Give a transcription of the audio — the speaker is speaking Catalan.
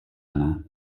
anna